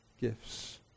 gifts